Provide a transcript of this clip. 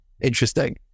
interesting